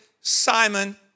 Simon